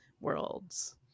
worlds